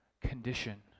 condition